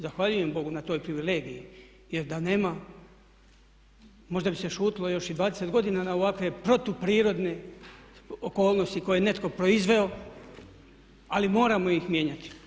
Zahvaljujem Bogu na toj privilegiji, jer da nema možda bi se šutilo još i 20 godina na ovakve protuprirodne okolnosti koje je netko proizveo, ali moramo ih mijenjati.